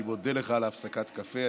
אני מודה לך על הפסקת הקפה.